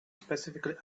specifically